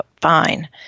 fine